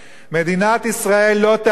מדינת ישראל לא תאפשר,